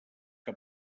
que